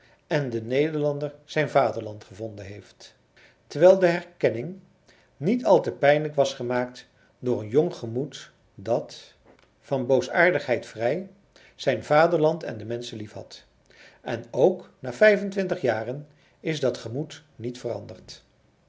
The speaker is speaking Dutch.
en de nederlander zijn vaderland gevonden heeft terwijl de herkenning niet al te pijnlijk was gemaakt door een jong gemoed dat van boosaardigheid vrij zijn vaderland en de menschen liefhad en ook na vijfentwintig jaren is dat gemoed niet veranderd